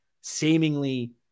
seemingly